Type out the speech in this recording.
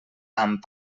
amb